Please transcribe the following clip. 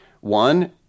one